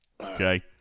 Okay